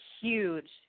huge